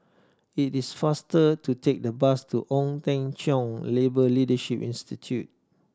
it is faster to take the bus to Ong Teng Cheong Labour Leadership Institute